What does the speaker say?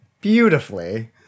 beautifully